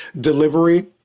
delivery